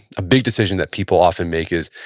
a big decision that people often make is,